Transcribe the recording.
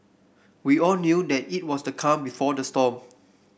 we all knew that it was the calm before the storm